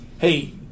hey